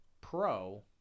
Pro